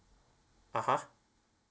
(uh huh)